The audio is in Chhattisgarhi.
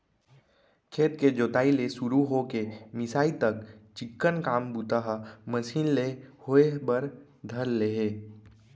खेत के जोताई ले सुरू हो के मिंसाई तक चिक्कन काम बूता ह मसीन ले होय बर धर ले हे